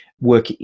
work